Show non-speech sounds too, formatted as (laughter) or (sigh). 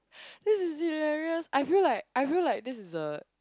(laughs) this is hilarious I feel like I feel like this is a